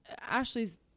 Ashley's